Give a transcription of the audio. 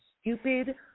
stupid